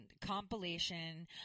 compilation